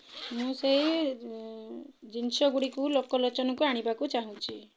ମୁଁ ସେହି ଜିନିଷଗୁଡ଼ିକୁ ଲୋକଲୋଚନକୁ ଆଣିବାକୁ ଚାହୁଁଛି